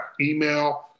Email